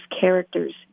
characters